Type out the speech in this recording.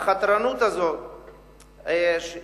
החתרנות הזאת נובעת